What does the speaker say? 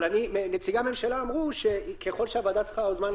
אבל נציגי הממשלה אמרו שככל שהוועדה צריכה זמן,